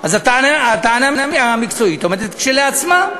מקצועית, אז הטענה המקצועית עובדת כשלעצמה.